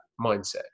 mindset